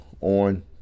on